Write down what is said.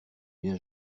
bien